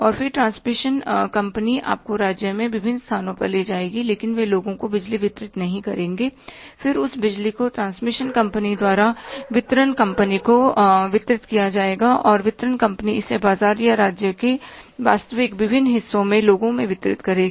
और फिर transmission company आपको राज्य में विभिन्न स्थानों पर ले जाएगी लेकिन वे लोगों को बिजली वितरित नहीं करेंगे फिर उस बिजली को ट्रांसमिशन कंपनी द्वारा वितरण कंपनी को वितरित किया जाएगा और वितरण कंपनी इसे बाजार या राज्य के वास्तविक विभिन्न हिस्सों में लोगों में वितरित करेगी